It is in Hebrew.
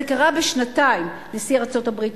זה קרה בשנתיים: נשיא ארצות-הברית,